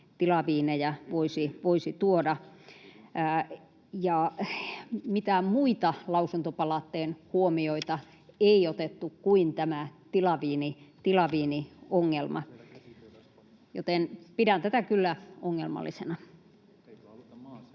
tilaviinejä voisi tuoda. Ja mitään muita lausuntopalautteen huomioita ei otettu kuin tämä tilaviiniongelma. Joten pidän tätä kyllä ongelmallisena.